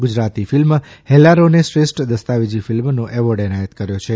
Gujarati film Hellaro ને શ્રેષ્ઠ દસ્તાવેજી ફિલ્મનો એવોર્ડ એનાયત કર્યો છે